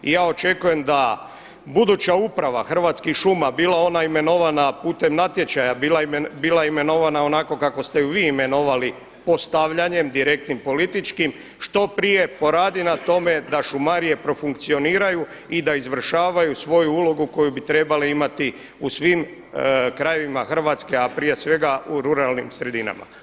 I ja očekujem da buduća uprava Hrvatskih šuma bilo ona imenovana putem natječaja, bila imenovana onako kako ste ju vi imenovali postavljanjem direktnim političkim, što prije poradi na tome da šumarije profunkcioniraju i da izvršavaju svoju ulogu koju bi trebali imati u svim krajevima Hrvatske, a prije svega u ruralnim sredinama.